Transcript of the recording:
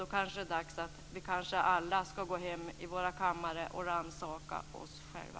Då kanske det är dags för oss alla att gå hem till vår kammare och rannsaka oss själva.